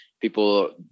People